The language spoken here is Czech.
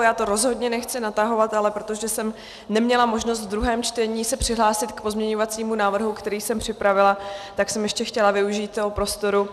Já to rozhodně nechci natahovat, ale protože jsem neměla možnost ve druhém čtení se přihlásit k pozměňovacímu návrhu, který jsem připravila, tak jsem ještě chtěla využít toho prostoru.